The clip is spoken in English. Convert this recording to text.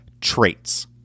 traits